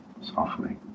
softly